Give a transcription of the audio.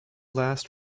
last